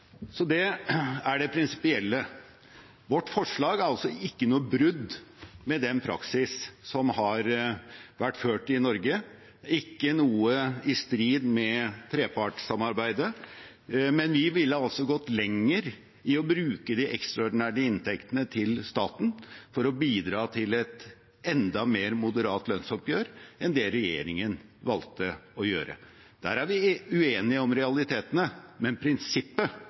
Det er det prinsipielle. Vårt forslag er ikke noe brudd med den praksis som har vært ført i Norge, ikke noe i strid med trepartssamarbeidet. Men vi ville gått lenger i å bruke de ekstraordinære inntektene til staten for å bidra til et enda mer moderat lønnsoppgjør enn det regjeringen valgte å gjøre. Der er vi uenige om realitetene, men prinsippet